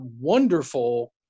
wonderful